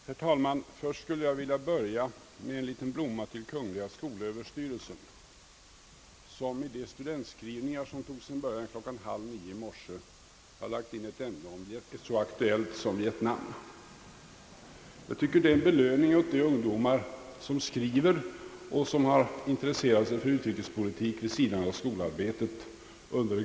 Herr talman! Först skulle jag vilja börja med en liten blomma till kungl. skolöverstyrelsen, som i de studentskrivningar, som tog sin början klockan halv nio i morse, har lagt in ett ämne som är så aktuellt som Vietnam. Jag tycker att det är en belöning åt de ungdomar som skriver och som under det gångna året har intresserat sig för utrikespolitik vid sidan av skolarbetet.